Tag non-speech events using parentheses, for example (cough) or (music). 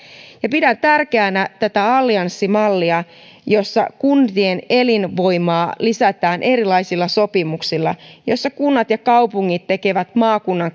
ja pidän tärkeänä tätä allianssimallia jossa kuntien elinvoimaa lisätään erilaisilla sopimuksilla jossa kunnat ja kaupungit tekevät maakunnan (unintelligible)